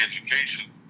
education